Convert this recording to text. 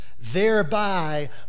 thereby